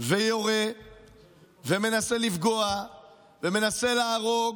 ויורה ומנסה לפגוע ומנסה להרוג,